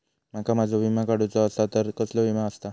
माका माझो विमा काडुचो असा तर कसलो विमा आस्ता?